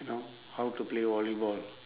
you know how to play volleyball